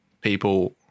people